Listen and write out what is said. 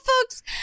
folks